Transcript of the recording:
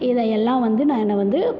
இதையெல்லாம் வந்து நான் என்னை வந்து